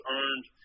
earned